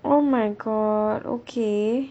oh my god okay